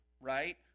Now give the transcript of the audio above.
right